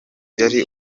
yari